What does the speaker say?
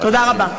תודה רבה.